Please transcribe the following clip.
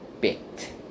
bit